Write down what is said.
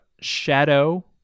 Shadow